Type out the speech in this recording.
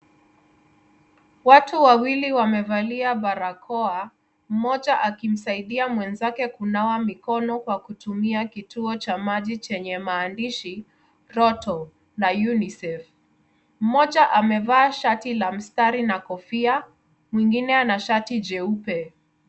Watu wawili wamevalia barakoa. Mmoja akimsaidia mwenzake kunawa mikono kwa kutumia kituo cha maji chenye maandishi Roto na UNICEF.Mmoja amevaa shati la mstari na kofia mwingine ana shati jeupe.